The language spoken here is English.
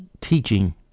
teaching